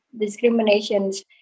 discriminations